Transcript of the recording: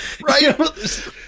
Right